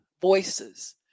voices